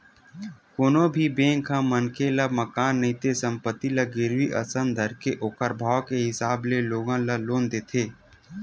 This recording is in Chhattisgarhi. कोनो भी बेंक ह मनखे ल मकान नइते संपत्ति ल गिरवी असन धरके ओखर भाव के हिसाब ले लोगन ल लोन देथे